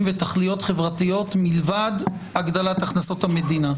ותכליות משניות שהן חברתיות מלבד הגדלת הכנסות המדינה.